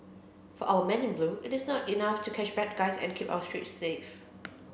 for our men in blue it's not enough to catch bad guys and keep our streets safe